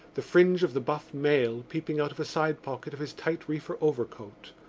the fringe of the buff mail peeping out of a side-pocket of his tight reefer overcoat.